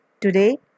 Today